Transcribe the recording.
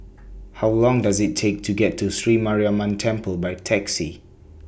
How Long Does IT Take to get to Sri Mariamman Temple By Taxi